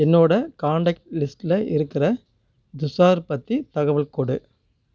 என்னோட காண்டக்ட் லிஸ்ட்டில் இருக்கிற துஷார் பற்றி தகவல் கொடு